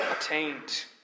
attained